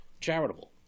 charitable